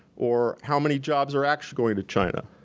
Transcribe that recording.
or how many jobs are actually going to china.